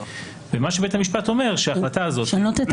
מה שבית המשפט אומר שההחלטה הזאת --- לשנות את הקריטריונים.